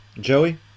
Joey